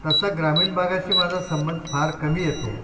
तसा ग्रामीण भागाशी माझा संबंध फार कमी येतो